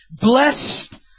Blessed